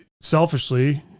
selfishly